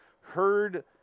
heard